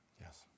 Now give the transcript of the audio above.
Yes